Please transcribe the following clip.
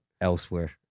Elsewhere